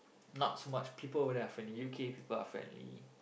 not much people whether they're friendly U_K people are friendly